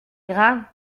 grand